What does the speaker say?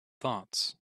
thoughts